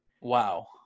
wow